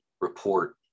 report